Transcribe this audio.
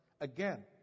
Again